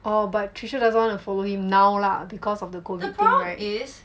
orh but tricia doesn't want to follow him now lah because of the COVID thing right